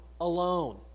alone